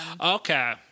Okay